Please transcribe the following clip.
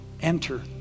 Enter